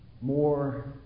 more